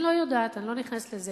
אני לא יודעת, אני לא נכנסת לזה.